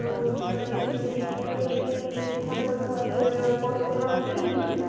तो सर मुझे एक किलो पनीर चाहिए था तो घर पोस्ट सेवा मिलेगी